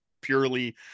purely